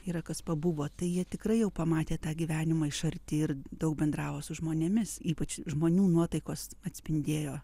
yra kas pabuvo tai jie tikrai jau pamatė tą gyvenimą iš arti ir daug bendravo su žmonėmis ypač žmonių nuotaikos atspindėjo